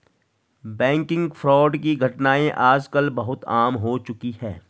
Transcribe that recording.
banking fraud की घटनाएं आज कल बहुत आम हो चुकी है